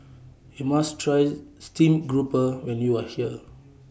YOU must Try Steamed Grouper when YOU Are here